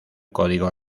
código